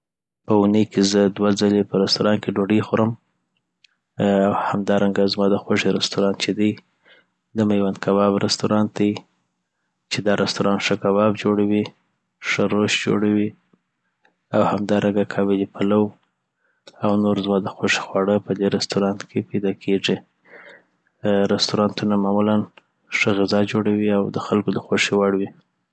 په اوني کي زه دوه ځلي په رسټورانټ کي ډوډي خورم ا او همدارنګه زما د خوښي رسټورانټ چي دي دميوند کباب رسټورانټ دي چي دا رسټورانټ ښه کباب جوړوي ښه روش جوړوي. او همدارنګه قابلي پلو او نور زما د خوښي خواړه پدي رسټورانټ کي پيدا کیږي رسټورانټونه معمولا ښه غذا جوړوی او دخلکو دخوښۍ وړ وی